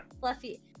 Fluffy